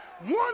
One